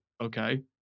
okay